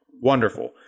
wonderful